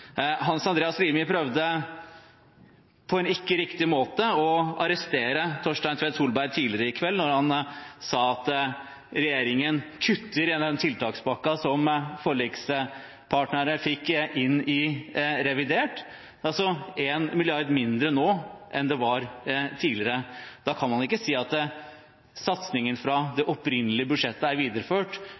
Hans Andreas Limi prøvde på en ikke riktig måte å arrestere Torstein Tvedt Solberg tidligere i kveld da han sa at regjeringen kutter i tiltakspakken som forlikspartnerne fikk inn i revidert, altså er det 1 mrd. kr mindre nå enn det var tidligere. Man kan ikke si at satsingen i det opprinnelige budsjettet er videreført